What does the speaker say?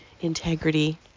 integrity